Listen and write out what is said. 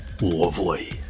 Lovely